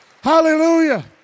hallelujah